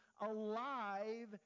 alive